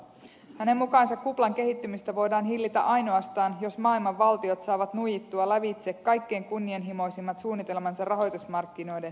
hänen mukaansa kuplan kehittymistä voidaan hillitä ainoastaan jos maailman valtiot saavat nuijittua lävitse kaikkein kunnianhimoisimmat suunnitelmansa rahoitusmarkkinoiden säätelemiseksi